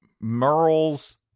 Merle's